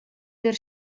der